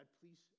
please